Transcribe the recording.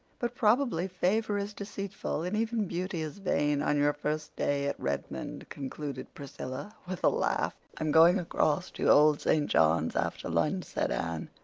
but probably favor is deceitful and even beauty is vain on your first day at redmond, concluded priscilla with a laugh. i'm going across to old st. john's after lunch, said anne.